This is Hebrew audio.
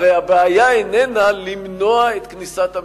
הרי הבעיה איננה למנוע את כניסת המסתננים.